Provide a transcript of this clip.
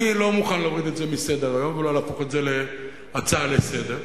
אני לא מוכן להוריד את זה מסדר-היום ולא להפוך את זה להצעה לסדר-היום,